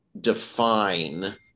define